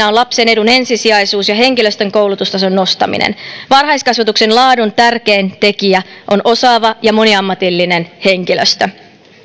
on lapsen edun ensisijaisuus ja henkilöstön koulutustason nostaminen varhaiskasvatuksen laadun tärkein tekijä on osaava ja moniammatillinen henkilöstö